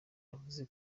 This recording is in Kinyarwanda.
yavuze